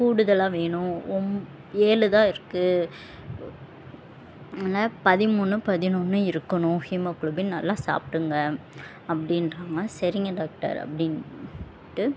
கூடுதலாக வேணும் ஒம் ஏழு தான் இருக்குது பதிமூணு பதினொன்று இருக்கணும் ஹீமோக்ளோபின் நல்லா சாப்பிடுங்க அப்படின்றாங்க சரிங்க டாக்டர் அப்படின்டு